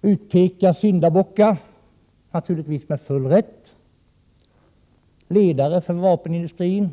som syndabockar utpeka, naturligtvis med full rätt, ledare för vapenindustrin.